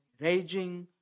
raging